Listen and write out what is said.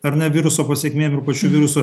ar ne viruso pasekmėm ir pačiu virusu